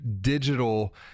digital